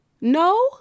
No